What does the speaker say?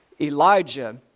Elijah